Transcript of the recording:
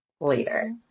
later